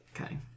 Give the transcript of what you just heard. Okay